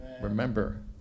remember